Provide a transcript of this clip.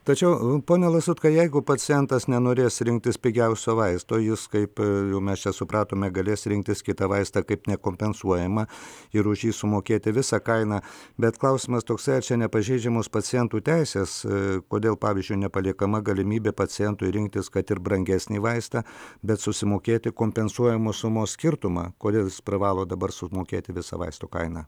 tačiau pone lazutka jeigu pacientas nenorės rinktis pigiausio vaisto jis kaip jau mes čia supratome galės rinktis kitą vaistą kaip nekompensuojama ir už jį sumokėti visą kainą bet klausimas toksai ar čia nepažeidžiamos pacientų teisės kodėl pavyzdžiui nepaliekama galimybė pacientui rinktis kad ir brangesnį vaistą bet susimokėti kompensuojamos sumos skirtumą kodėl jis privalo dabar sumokėti visą vaistų kainą